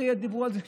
הרי דיברו על זה,